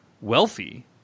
wealthy –